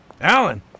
Alan